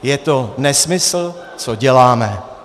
Je to nesmysl, co děláme.